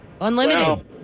Unlimited